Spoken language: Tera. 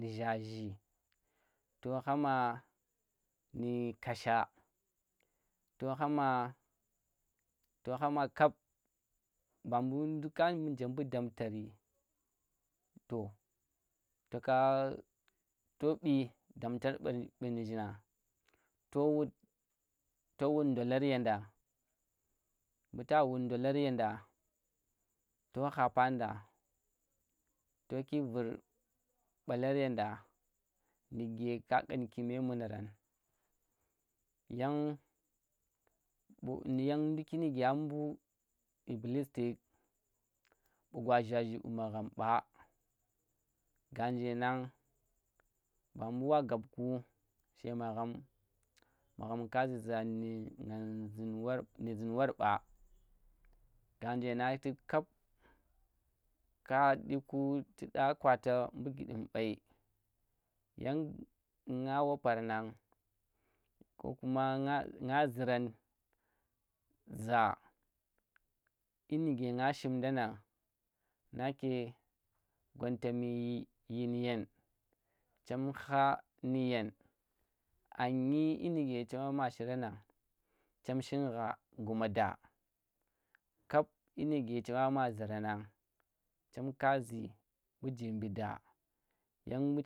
Nu̱ Zhazhi, to khama nu kasha, to khama, to khama kap bambu ndukk a nje mbu damtari to, toka to ɓii damtar bu̱- bu̱zhinnang, to wud, to wud ndolar yennɗa, mbu ta wud, ndolar yenɗa, to khapa nda toku vir ɓalor yenɗa, nuge ka ƙnaki memunaram, yang mbu, yang nduk nugey mbu lbilis tu̱k ɓu gwa zhazhi ɓu magham ɓa ganje nang ba mbu̱ wa gab ku she magham magham ka zu̱za nyim, nang zun wor, nyin zan warba, ga nje nang tu̱k kap, ka ɗu̱ku tu ɗa kwata mbu giɗɗim ɓai. Yang nga wopar nang, ko kuma nga, nga zu̱ram za dyi nuge nga shimdon nang nake gwanta mi dyin yen, chem kha ndu yen, a ngi dyi nuge chema'a ma shiran nang chem shingha guma da kap dyi nuge chem aa ma zu̱ram nang chemka zu̱ mbu jimbi da yang